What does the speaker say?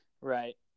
Right